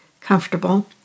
comfortable